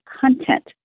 content